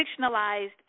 Fictionalized